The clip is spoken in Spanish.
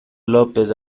lópez